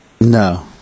No